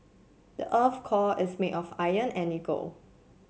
the earth core is made of iron and nickel